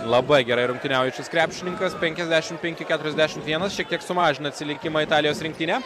labai gerai rungtyniaujančius krepšininkas penkiasdešimt penki keturiasdešimt vienas šiek tiek sumažina atsilikimą italijos rinktinė